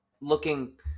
looking